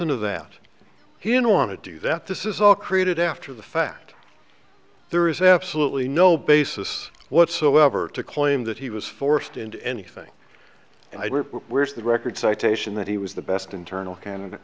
ent of that he didn't want to do that this is all created after the fact there is absolutely no basis whatsoever to claim that he was forced into anything and i do where's the record citation that he was the best internal can